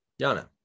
Yana